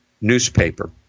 newspaper